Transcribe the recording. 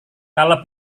kalau